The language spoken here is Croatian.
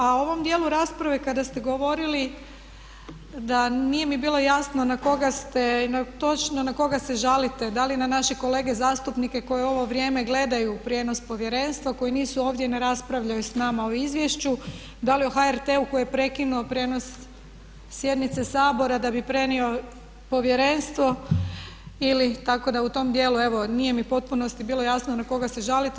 A u ovom djelu rasprave kada ste govorili da nije mi bilo jasno na koga ste točno, na koga se žalite da li na naše kolege zastupnike koji u ovo vrijeme gledaju prijenos povjerenstva, koji nisu ovdje, ne raspravljaju s nama o izvješću, da li o HRT-u koji je prekinuo prijenos sjednice Sabora da bi prenio povjerenstvo, ili tako da u tom djelu evo nije mi u potpunosti bilo jasno na koga se žalite.